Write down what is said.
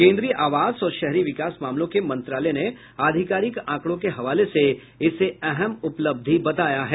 केन्द्रीय आवास और शहरी विकास मामलों के मंत्रालय ने आधिकारिक आंकड़ों के हवाले से इसे अहम उपलब्धि बताया है